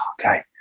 okay